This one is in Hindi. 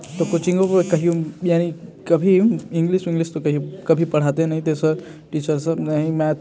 तो कोचिंग कहीं वो यानी कभी इंग्लिश विंग्लिश तो कहीं कभी पढ़ाते नहीं थे सर टीचर सब ना ही मैथ